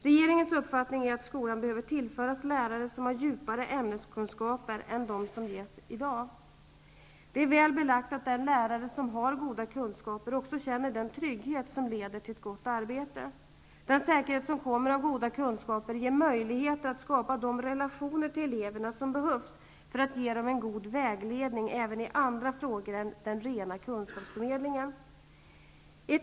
Regeringens uppfattning är att skolan behöver tillföras lärare som har djupare ämneskunskaper än de som ges i dag. Det är väl belagt att den lärare som har goda kunskaper också känner den trygghet som leder till ett gott arbete. Den säkerhet som kommer av goda kunskaper ger möjligheter att skapa de relationer till eleverna som behövs för att ge dem en god vägledning även i andra frågor än den rena kunskapsförmedlingen.